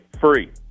Free